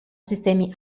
sistemi